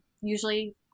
Usually